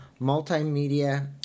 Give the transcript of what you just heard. Multimedia